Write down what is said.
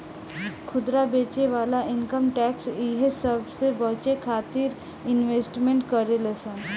खुदरा बेचे वाला इनकम टैक्स इहे सबसे बचे खातिरो इन्वेस्टमेंट करेले सन